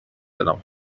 دلم